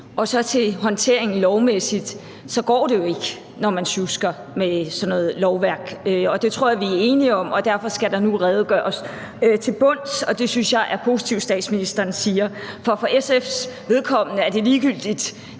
jeg sige til håndteringen lovmæssigt, at der går det jo ikke, at man sjusker med sådan noget lovværk. Det tror jeg vi er enige om, og derfor skal der nu redegøres for det til bunds. Det synes jeg er positivt statsministeren siger. For SF's vedkommende er det ligegyldigt,